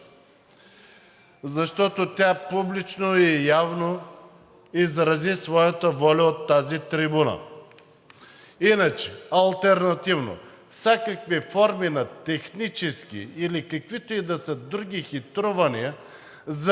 защото тя публично и явно изрази своята воля от тази трибуна. Иначе алтернативно всякакви форми на технически или каквито и да са други хитрувания, за да